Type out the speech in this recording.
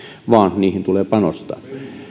vaan niihin tulee panostaa